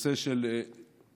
הנושא של שוויון.